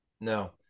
no